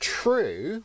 true